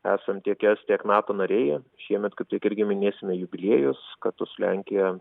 esam tiek es tiek nato nariai šiemet kaip tik irgi minėsime jubiliejus kartu su lenkija